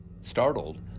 Startled